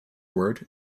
word